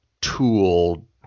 tool